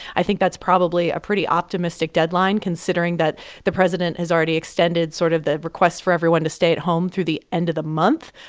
i think that's probably a pretty optimistic deadline, considering that the president has already extended sort of the request for everyone to stay at home through the end of the month.